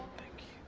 thank